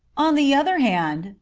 on the other hand,